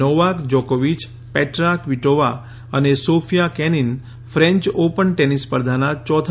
Novak Djokovic Petra Kvitova અને Sofia Kenin French Open tennis સ્પર્ધાના ચોથા